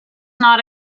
not